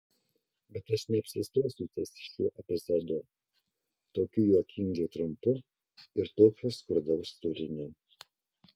bet aš neapsistosiu ties šiuo epizodu tokiu juokingai trumpu ir tokio skurdaus turinio